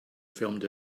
filmed